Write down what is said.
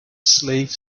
slave